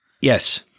Yes